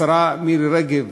השרה מירי רגב,